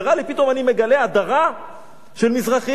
פתאום אני מגלה הדרה של מזרחים.